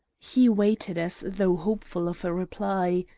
he waited as though hopeful of a reply,